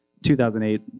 2008